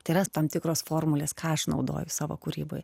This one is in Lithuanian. tai yra tam tikros formulės ką aš naudoju savo kūryboj